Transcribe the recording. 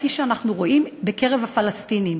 כפי שאנחנו רואים בקרב הפלסטינים.